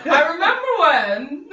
i remember one.